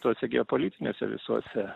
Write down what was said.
tuose geopolitiniuose visuose